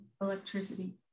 electricity